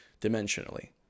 dimensionally